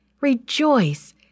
Rejoice